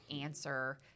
answer